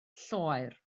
lloer